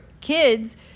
kids